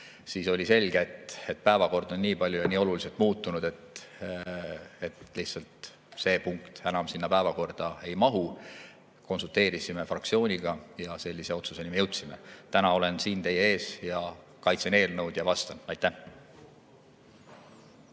oli selge, et päevakord oli nii palju ja nii oluliselt muutunud, et lihtsalt see punkt enam päevakorda ei mahtunud. Konsulteerisime fraktsiooniga ja sellisele otsusele me jõudsime. Täna olen siin teie ees, kaitsen eelnõu ja vastan. Aitäh